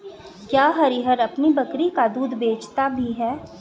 क्या हरिहर अपनी बकरी का दूध बेचता भी है?